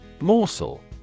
Morsel